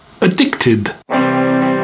Addicted